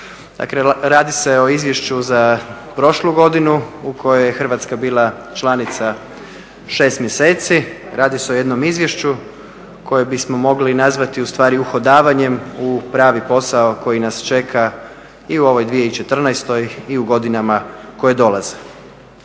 Dakle, radi se o izvješću za prošlu godinu u kojoj je Hrvatska bila članica 6 mjeseci, radi se o jednom izvješću koje bismo mogli nazvati ustvari uhodavanjem u pravi posao koji nas čeka i u ovoj 2014. i u godinama koje dolaze.